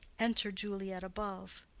enter juliet above.